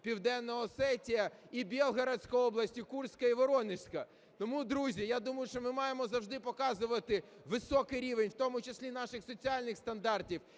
Південна Осетія, і Бєлгородська область, і Курська, і Воронезька. Тому, друзі, я думаю, що ми маємо завжди показувати високий рівень в тому числі наших соціальних стандартів